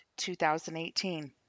2018